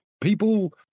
people